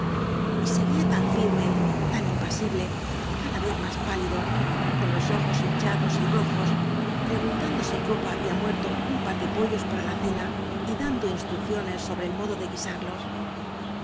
estómago seguía tan firme tan impasible cada vez más pálido con los ojos hinchados y rojos preguntando si copa había muerto un par de pollos para la cena y dando instrucciones sobre el modo de guisarlos